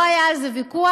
לא היה על זה ויכוח.